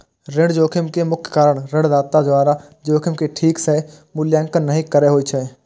ऋण जोखिम के मुख्य कारण ऋणदाता द्वारा जोखिम के ठीक सं मूल्यांकन नहि करब होइ छै